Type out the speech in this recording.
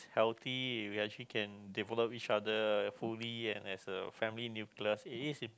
healthy you actually can develop each other fully and as a family nucleus it is